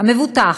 המבוטח,